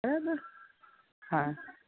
બરાબર હા